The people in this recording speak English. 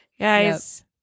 guys